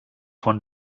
von